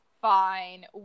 fine